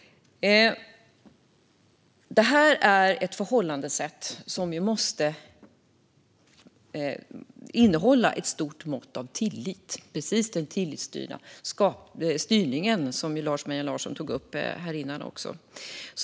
Detta är ett förhållningssätt som måste innehålla ett stort mått av tillit - precis den tillitsbaserade styrning som Lars Mejern Larsson tog upp här.